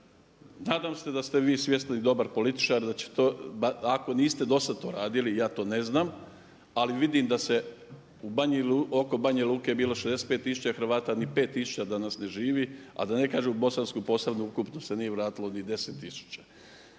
Nadam se da ste vi svjesni i dobar političar da ćete, ako niste dosad to radili ja to ne znam, ali vidim da se oko Banja Luke je bilo 65 tisuća Hrvata, ni 5 tisuća danas ne živi, a da ne kažem u Bosanskoj posavini ukupno se nije vratilo ni 10